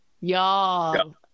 y'all